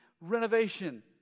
renovation